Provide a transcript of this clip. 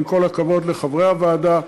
עם כל הכבוד לחברי הוועדה,